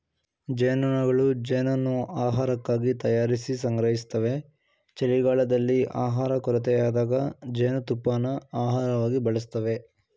ಜೇನ್ನೊಣಗಳು ಜೇನನ್ನು ಆಹಾರಕ್ಕಾಗಿ ತಯಾರಿಸಿ ಸಂಗ್ರಹಿಸ್ತವೆ ಚಳಿಗಾಲದಲ್ಲಿ ಆಹಾರ ಕೊರತೆಯಾದಾಗ ಜೇನುತುಪ್ಪನ ಆಹಾರವಾಗಿ ಬಳಸ್ತವೆ